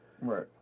Right